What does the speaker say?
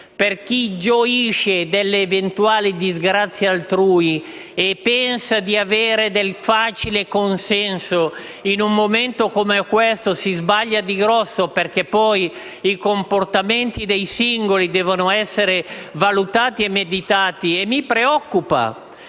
aver gioito delle eventuali disgrazie altrui, e se si pensa di avere del facile consenso in un momento come questo, ci si sbaglia di grosso perché poi i comportamenti dei singoli devono essere valutati e meditati. Mi preoccupa